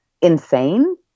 insane